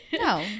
No